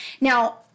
Now